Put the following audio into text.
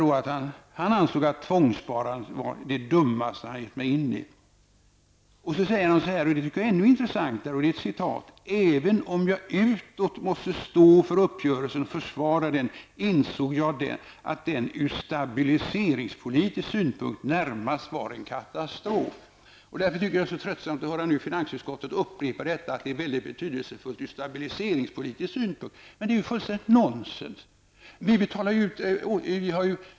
Han ansåg alltså att tvångssparandet var det dummaste han gett sig in i. Han säger vidare något som jag tycker är ännu intressantare: ''Även om jag utåt måste stå för uppgörelsen och försvara den insåg jag att den ur stabiliseringspolitisk synpunkt närmast var en katastrof.'' Jag tycker av den anledningen att det nu är mycket tröttsamt att höra finansutskottet upprepa att uppgörelsen var mycket betydelsefull ur stabiliseringspolitisk synpunkt. Detta är ju fullständigt nonsens!